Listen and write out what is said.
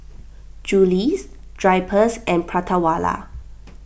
Julie's Drypers and Prata Wala